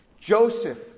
Joseph